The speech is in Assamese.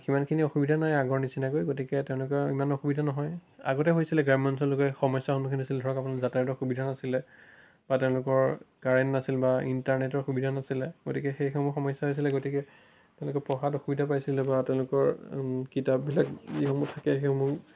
সিমানখিনি অসুবিধা নাই আগৰ নিচিনাকৈ গতিকে তেওঁলোকৰ ইমান অসুবিধা নহয় আগতে হৈছিলে গ্ৰাম্য অঞ্চলৰ লোকে সমস্যাৰ সন্মুখীন হৈছিলে ধৰক আপোনাৰ যাতায়তৰ সুবিধা নাছিলে বা তেওঁলোকৰ কাৰেন্ট নাছিল বা ইণ্টাৰনেটৰ সুবিধা নাছিলে গতিকে সেইসমূহ সমস্যা আছিলে গতিকে তেওঁলোকে পঢ়াত অসুবিধা পাইছিলে বা তেওঁলোকৰ কিতাপবিলাক যিসমূহ থাকে সেইসমূহ